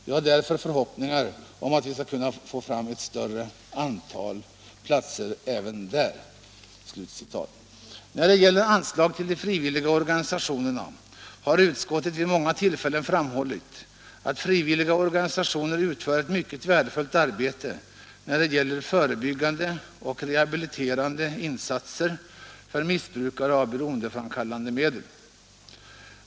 Jag har därför förhoppningar om att vi skall kunna få fram ett större antal platser även där.” När det gäller anslag till de frivilliga organisationerna har utskottet vid många tillfällen framhållit att frivilliga organisationer utför ett mycket värdefullt arbete när det gäller förebyggande och rehabiliterande insatser för missbrukare av beroendeframkallande medel.